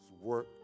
work